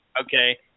Okay